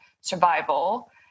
survival